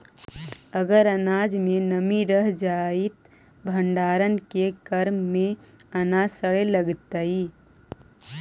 अगर अनाज में नमी रह जा हई त भण्डारण के क्रम में अनाज सड़े लगतइ